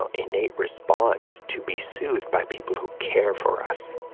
ah innate response to be soothed by people who care for us